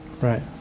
Right